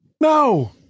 No